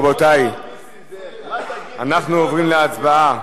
רבותי, אנחנו עוברים להצבעה.